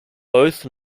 both